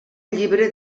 llibre